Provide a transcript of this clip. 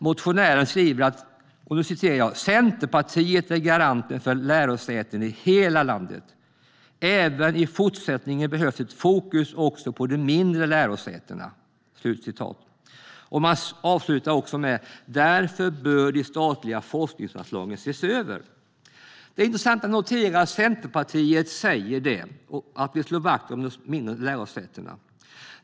Motionären skriver: "Centerpartiet är garanten för lärosäten i hela landet. Även i fortsättningen behövs ett fokus också på de mindre lärosätena." Man avslutar med: "Därför bör de statliga forskningsanslagen ses över." Det är intressant att notera att Centerpartiet säger att man vill slå vakt om de mindre lärosätena.